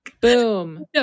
Boom